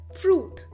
fruit